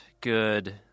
good